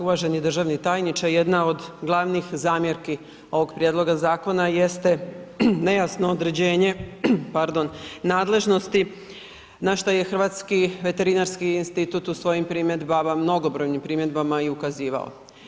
Uvaženi državni tajniče, jedna od glavnih zamjerki ovog prijedloga zakona jeste nejasno određenje, nadležnosti, na što je Hrvatski veterinarski institut u svojim primjedbama, mnogobrojnim primjedbama i ukazivao.